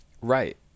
Right